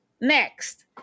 next